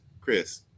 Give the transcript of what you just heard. Chris